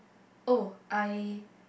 oh I